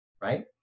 right